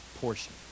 portion